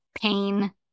pain